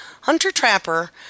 hunter-trapper